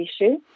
issue